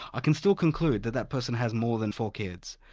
i can still conclude that that person has more than four kids,